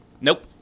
Nope